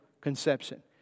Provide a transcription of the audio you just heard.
conception